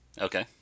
Okay